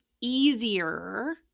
easier